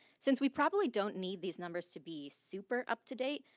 since we probably don't need these numbers to be super up-to-date.